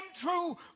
true